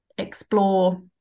explore